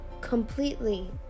completely